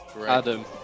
Adam